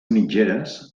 mitgeres